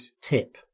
tip